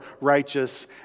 righteous